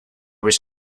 was